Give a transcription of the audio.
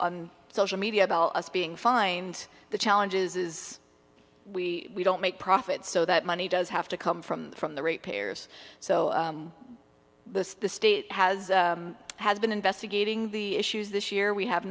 on social media about us being fined the challenge is is we don't make profits so that money does have to come from from the rate payers so the state has has been investigating the issues this year we have